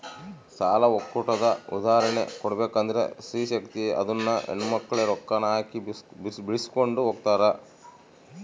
ಸಾಲ ಒಕ್ಕೂಟದ ಉದಾಹರ್ಣೆ ಕೊಡ್ಬಕಂದ್ರ ಸ್ತ್ರೀ ಶಕ್ತಿ ಅದುನ್ನ ಹೆಣ್ಮಕ್ಳೇ ರೊಕ್ಕಾನ ಹಾಕಿ ಬೆಳಿಸ್ಕೊಂಡು ಹೊಗ್ತಾರ